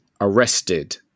arrested